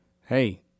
hey